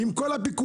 עם כל הפיקוח,